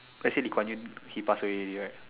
actually Lee-Kuan-Yew he pass away already right